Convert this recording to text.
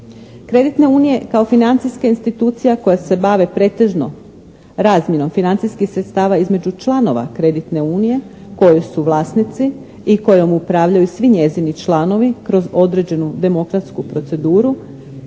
Kreditne unije kao financijska institucija koje se bave pretežno razmjenom financijskih sredstava između članova kreditne unije koje su vlasnici i kojom upravljaju svi njezini članovi kroz određenu demokratsku proceduru